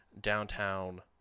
downtown